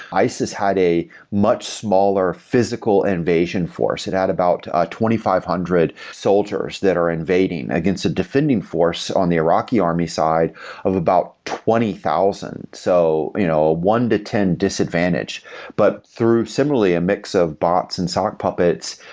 isis had a much smaller physical invasion force. it had about two ah thousand five hundred soldiers that are invading against a defending force on the iraqi army side of about twenty thousand so you know ah one to ten disadvantage but through similarly a mix of bots and sock puppets,